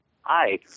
Hi